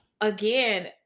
again